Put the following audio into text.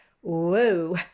Whoa